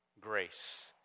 grace